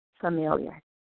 familiar